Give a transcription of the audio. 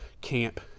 camp